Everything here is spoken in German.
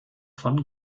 von